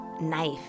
knife